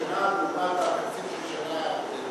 השנה לעומת התקציב של השנה הקודמת,